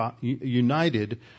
united